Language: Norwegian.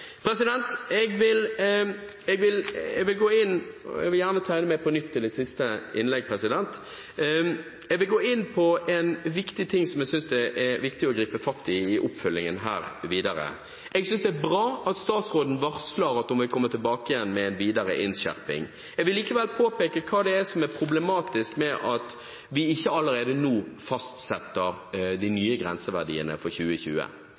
Jeg vil gjerne tegne meg på nytt til et siste innlegg. Jeg vil gå inn på en viktig ting som jeg synes det er viktig å gripe fatt i i oppfølgingen her videre. Jeg synes det er bra at statsråden varsler at hun vil komme tilbake med en videre innskjerping. Jeg vil likevel påpeke hva som er problematisk med at vi ikke allerede nå fastsetter de nye grenseverdiene for 2020.